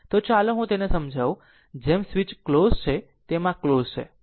તો ચાલો હું તેને સમજાવું અને જેમ સ્વીચ ક્લોઝ છે તેમ આ ક્લોઝ છે અને જો